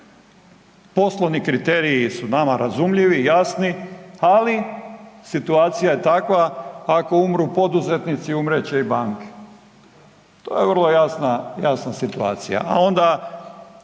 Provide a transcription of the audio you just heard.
Poslovni kriteriji su nama razumljivi, jasni, ali situacija je takva ako umru poduzetnici umrijet će i banke, to je vrlo jasna situacija, a onda